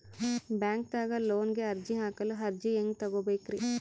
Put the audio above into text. ಬ್ಯಾಂಕ್ದಾಗ ಲೋನ್ ಗೆ ಅರ್ಜಿ ಹಾಕಲು ಅರ್ಜಿ ಹೆಂಗ್ ತಗೊಬೇಕ್ರಿ?